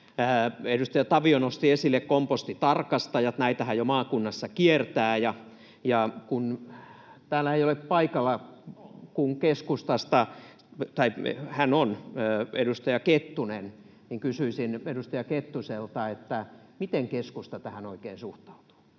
Edustaja Tavio nosti esille kompostitarkastajat, joita jo maakunnissa kiertää, ja kun täällä on paikalla keskustasta edustaja Kettunen, niin kysyisin edustaja Kettuselta: miten keskusta tähän oikein suhtautuu?